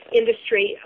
industry